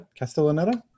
Castellaneta